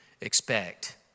expect